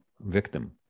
victim